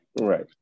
right